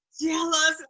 Jealous